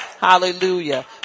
Hallelujah